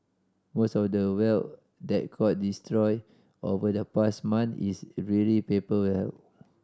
most of the wealth that got destroyed over the past month is really paper wealth